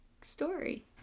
story